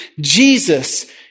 Jesus